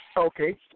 Okay